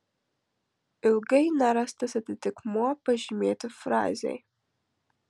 ilgai nerastas atitikmuo pažymėti frazei